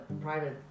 private